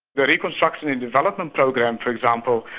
the reconstruction and development program, for example,